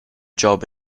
job